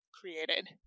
created